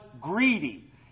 greedy